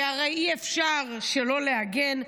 כי הרי אי-אפשר שלא להגן.